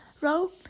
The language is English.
row